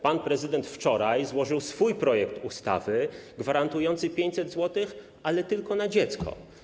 Pan prezydent wczoraj złożył swój projekt ustawy gwarantującej 500 zł, ale tylko na dziecko.